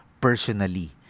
personally